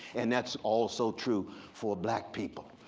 and that's also true for black people.